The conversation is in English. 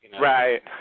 Right